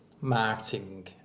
marketing